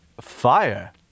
Fire